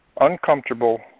uncomfortable